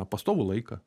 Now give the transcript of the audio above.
pastovų laiką